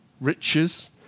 riches